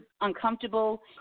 uncomfortable